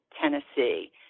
Tennessee